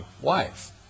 wife